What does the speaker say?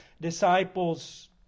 disciples